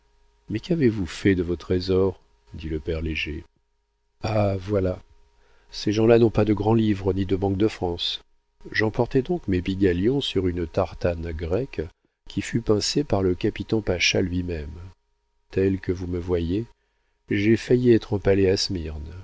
mais qu'avez-vous fait de vos trésors dit le père léger ah voilà ces gens-là n'ont pas de grand-livre ni de banque de france j'emportai donc mes picaillons sur une tartane grecque qui fut pincée par le capitan pacha lui-même tel que vous me voyez j'ai failli être empalé à